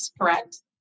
correct